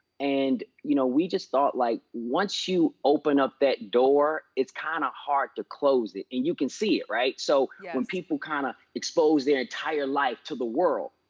and you know we just thought like once you open up that door it's kind of hard to close it and you can see it right? so when people kind of expose their entire life to the world,